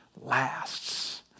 lasts